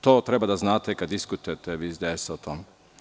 To treba da znate kada diskutujete vi iz DS o tome.